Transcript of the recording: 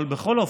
אבל בכל אופן,